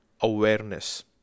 awareness